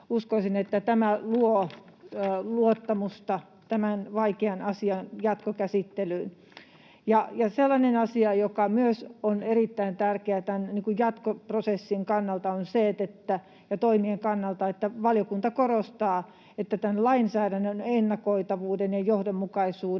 uskoisin, että tämä luo luottamusta tämän vaikean asian jatkokäsittelyyn. Ja sellainen asia, joka myös on erittäin tärkeä tämän jatkoprosessin ja toimien kannalta, on se, että valiokunta korostaa, että tämän lainsäädännön ennakoitavuuden ja johdonmukaisuuden